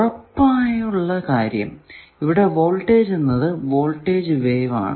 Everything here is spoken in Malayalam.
ഉറപ്പായുള്ള കാര്യം ഇവിടെ വോൾടേജ് എന്നത് വോൾടേജ് വേവ് ആണ്